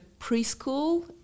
preschool